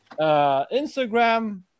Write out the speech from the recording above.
Instagram